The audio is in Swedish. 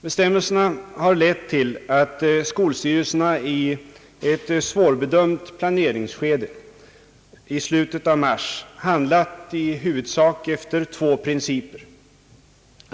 Bestämmelserna har lett till att skolstyrelserna i ett svårbedömt planeringsskede i slutet av mars handlat i huvudsak efter två principer.